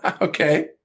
Okay